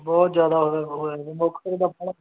ਬਹੁਤ ਜ਼ਿਆਦਾ